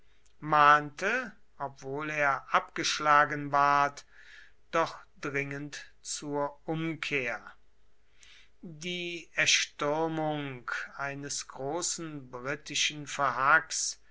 mahnte obwohl er abgeschlagen ward doch dringend zur umkehr die erstürmung eines großen britischen verhacks